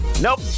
nope